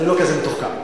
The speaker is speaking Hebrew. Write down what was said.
אני לא כזה מתוחכם.